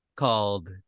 called